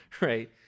right